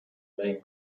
main